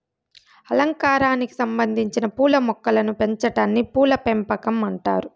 అలంకారానికి సంబందించిన పూల మొక్కలను పెంచాటాన్ని పూల పెంపకం అంటారు